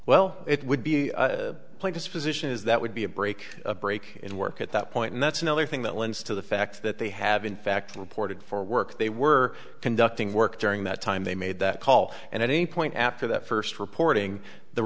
well it would be like this position is that would be a break a break in work at that point and that's another thing that lends to the fact that they have in fact reported for work they were conducting work during that time they made that call and at any point after that first reporting the